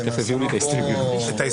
מבחינת הסדר, נסים את ההצבעות על